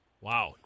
Wow